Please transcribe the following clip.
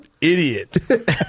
idiot